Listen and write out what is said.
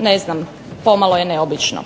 Ne znam, pomalo je neobično.